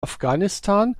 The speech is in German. afghanistan